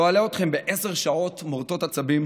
לא אלאה אתכם בעשר שעות מורטות עצבים